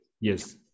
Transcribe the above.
Yes